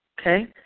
Okay